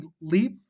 leap